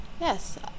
Yes